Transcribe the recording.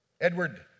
Edward